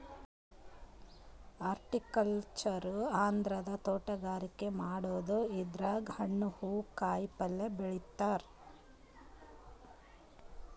horticulture ಅಂದ್ರ ತೋಟಗಾರಿಕೆ ಮಾಡದು ಇದ್ರಾಗ್ ಹಣ್ಣ್ ಹೂವಾ ಕಾಯಿಪಲ್ಯ ಬೆಳಿತಾರ್